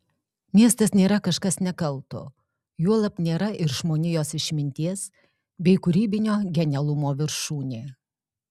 miestas nėra kažkas nekalto juolab nėra ir žmonijos išminties bei kūrybinio genialumo viršūnė